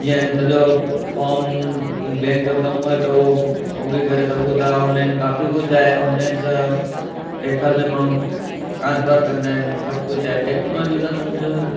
जीअं सॼो form bank जो कमु हुजे त उहो उहो बि करे सघो था ऑनलाइन काफ़ी कुझु आहे ऑनलाइन सां पैसा बि माण्हू ट्रांस्फर कंदा आहिनि सभु कुझु आहे टेक्नोलॉजी त सम्झ